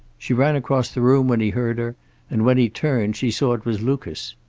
she ran across the room when he heard her and when he turned she saw it was lucas.